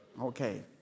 Okay